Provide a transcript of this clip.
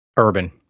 Urban